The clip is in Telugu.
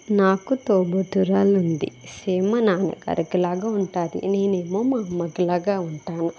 నాకు తోబుట్టురాలు ఉంది సేమ్ మా నాన్నగారి లాగా ఉంటుంది నేనేమో మా అమ్మలాగా ఉంటాను